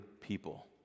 people